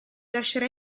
lascerà